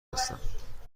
هستم